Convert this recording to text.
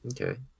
Okay